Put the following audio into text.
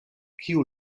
kiu